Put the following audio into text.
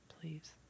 please